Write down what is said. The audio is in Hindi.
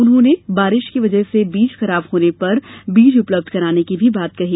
उन्होंने बारिश की वजह से बीज खराब होने पर भी पूरा बीज उपलब्ध कराने की बात कही